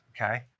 okay